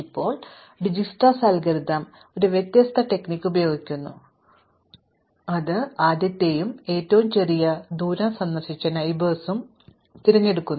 ഇപ്പോൾ Dijkstra algorithm വ്യത്യസ്ത തന്ത്രം ഉപയോഗിക്കുന്നു അത് ആദ്യത്തേതും ഏറ്റവും ചെറിയ ദൂരവും സന്ദർശിച്ച അയൽക്കാരനും തിരഞ്ഞെടുക്കുക